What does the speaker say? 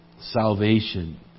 salvation